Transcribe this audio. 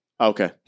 okay